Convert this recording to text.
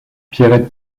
pierrette